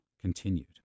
continued